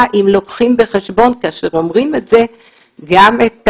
היא אם לוקחים בחשבון כאשר אומרים את זה גם את